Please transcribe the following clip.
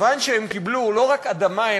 כיוון שהם קיבלו לא רק אדמה,